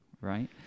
right